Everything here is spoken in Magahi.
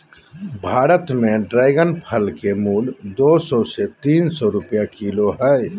भारत में ड्रेगन फल के मूल्य दू सौ से तीन सौ रुपया किलो हइ